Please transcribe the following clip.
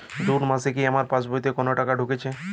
জুলাই মাসে কি আমার পাসবইতে কোনো টাকা ঢুকেছে?